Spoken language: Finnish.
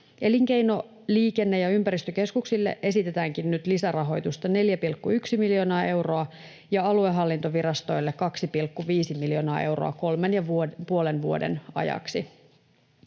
Elinkeino-, liikenne- ja ympäristökeskuksille esitetäänkin nyt lisärahoitusta 4,1 miljoonaa euroa ja aluehallintovirastoille 2,5 miljoonaa euroa 3,5 vuoden ajaksi.